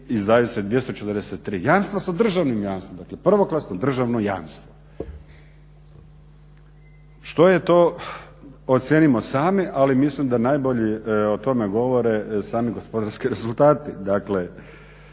izdaju se 243 jamstva sa državnim jamstvom dakle prvoklasno državno jamstvo? Što je to ocijenimo sami ali mislim da najbolje o tome govore sami gospodarski rezultati.